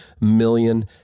million